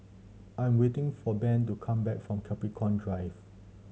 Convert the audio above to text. I am waiting for Ben to come back from Capricorn Drive